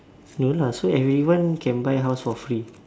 no lah so everyone can buy house for free